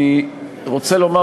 אני רוצה לומר,